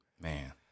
Man